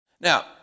Now